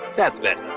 that's better.